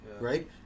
right